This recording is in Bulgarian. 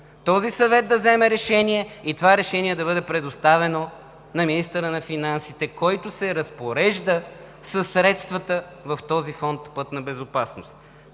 този съвет да вземе решение и решението да бъде предоставено на министъра на финансите, който се разпорежда със средствата във Фонд „Пътна безопасност“.